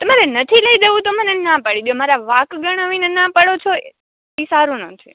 તમારે નથી લઈ દેવું તો મને ના પાડી દયો મારા વાંક ગણાવી ને ના પાડો છો ઇ સારું નથી